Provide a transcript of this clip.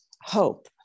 hope